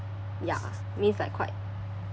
ya means like quite